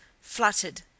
fluttered